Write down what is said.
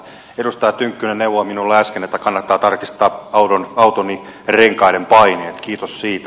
edustaja tynkkynen neuvoi minulle äsken että kannattaa tarkistaa autoni renkaiden paineet kiitos siitä